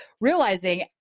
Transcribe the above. realizing